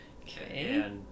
okay